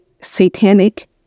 satanic